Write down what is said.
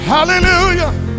Hallelujah